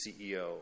CEO